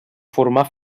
formar